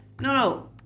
no